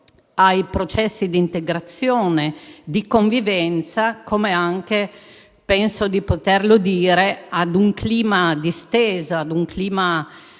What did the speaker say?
ai processi di integrazione, di convivenza, come anche - penso di poterlo dire - a creare un clima disteso, un clima